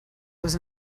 was